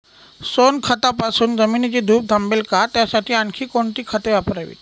सोनखतापासून जमिनीची धूप थांबेल का? त्यासाठी आणखी कोणती खते वापरावीत?